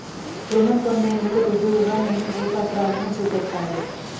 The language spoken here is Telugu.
రుణం పొందేందుకు రుజువుగా నేను ఏ పత్రాలను చూపెట్టాలె?